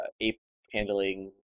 ape-handling